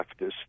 leftist